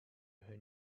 her